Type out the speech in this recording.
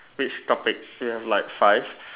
which topics you have like five